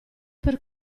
per